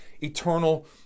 eternal